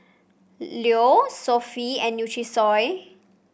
Leo Sofy and Nutrisoy